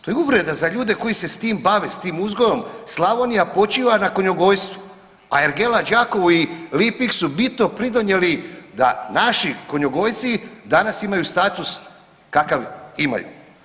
To je uvreda za ljude koji se s tim bave, s tim uzgojem, Slavonija počiva na konjogojstvu, a ergela Đakovo i Lipik su bitno pridonijeli da naši konjogojci danas imaju status kakav imaju.